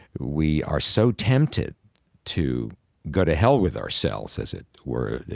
we are so tempted to go to here with ourselves, as it were,